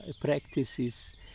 practices